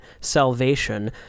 salvation